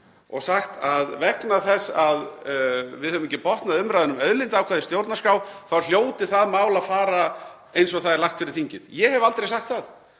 og sagt að vegna þess að við höfum ekki botnað umræðuna um auðlindaákvæði í stjórnarskrá þá hljóti það mál að fara eins og það er lagt fyrir þingið. Ég hef aldrei sagt það.